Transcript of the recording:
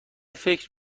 فکر